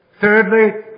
Thirdly